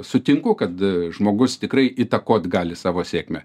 sutinku kad žmogus tikrai įtakot gali savo sėkmę